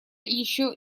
еще